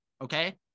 Okay